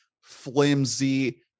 flimsy